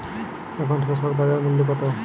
এখন শসার বাজার মূল্য কত?